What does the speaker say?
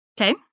Okay